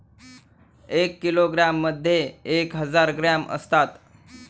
एक किलोग्रॅममध्ये एक हजार ग्रॅम असतात